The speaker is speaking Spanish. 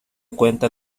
cuenta